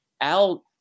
Al